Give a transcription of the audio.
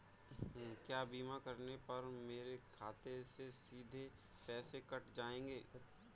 क्या बीमा करने पर मेरे खाते से सीधे पैसे कट जाएंगे?